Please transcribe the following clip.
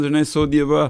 žinai sodyba